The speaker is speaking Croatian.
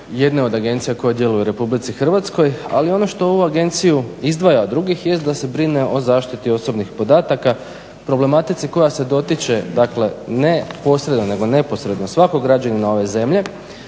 jedne od agencija koja djeluje u Republici Hrvatskoj. Ali ono što ovu Agenciju izdvaja od drugih jest da se brine o zaštiti osobnih podataka, problematici koja se dotiče, dakle ne posredno nego neposredno svakog građanina ove zemlje.